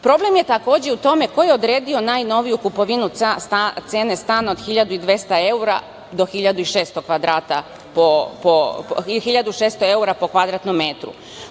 je takođe u tome ko je odredio najnoviju kupovnu cene stana od 1.200 do 1.600 evra po kvadratnom metru.